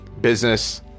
business